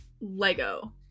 Lego